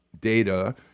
data